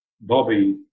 Bobby